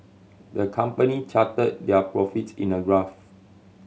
the company charted their profits in a graph